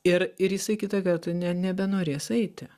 ir ir jisai kitą kartą ne nebenorės eiti